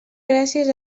gràcies